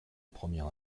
première